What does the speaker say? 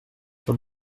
sur